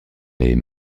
les